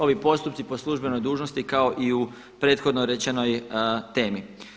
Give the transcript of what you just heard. Ovi postupci po službenoj dužnosti kao i u prethodno rečenoj temi.